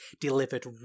delivered